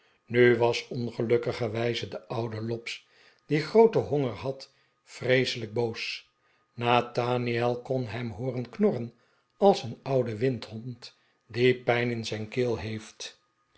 nu was ongelukkigerwijze de oude lobbs die grooten honger had vreeselijk boos nathaniel kon hem hooren knorren als een oude windhond die pijn in zijn keel heeft